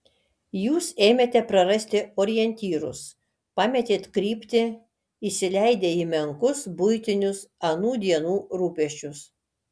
jūs ėmėte prarasti orientyrus pametėt kryptį įsileidę į menkus buitinius anų dienų rūpesčius